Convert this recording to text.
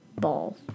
ball